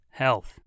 health